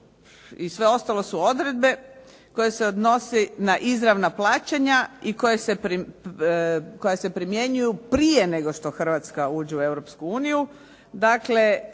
i sve ostalo su odredbe koje se odnose na izravna plaćanja i koja se primjenjuju prije nego što Hrvatska uđe u